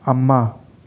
ꯑꯃ